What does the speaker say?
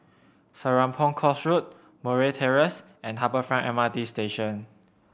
Serapong Course Road Murray Terrace and Harbour Front M R T Station